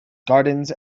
gardens